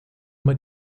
uma